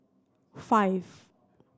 five